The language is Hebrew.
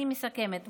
אני מסכמת.